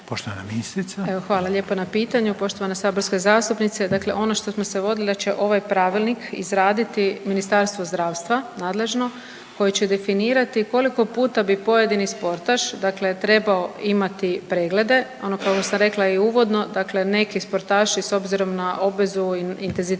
Nikolina (HDZ)** Hvala lijepa na pitanju poštovana saborska zastupnice. Dakle, ono što smo se vodili da će ovaj pravilnik izraditi Ministarstvo zdravstva nadležno koje će definirati koliko puta bi pojedini sportaš bi trebao imati preglede. Ono kao što sam rekla i uvodno dakle neki sportaši s obzirom na obvezu i intenzitet